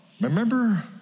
Remember